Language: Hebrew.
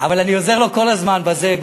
אבל אני עוזר לו כל הזמן באוניברסיטה,